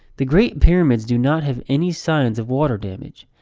the great pyramids do not have any signs of water damage.